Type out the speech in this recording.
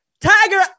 tiger